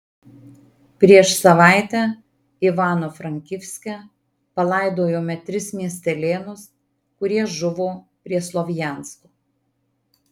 prieš savaitę ivano frankivske palaidojome tris miestelėnus kurie žuvo prie slovjansko